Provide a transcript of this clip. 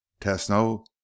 Tesno